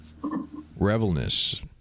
Revelness